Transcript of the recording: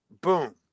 boom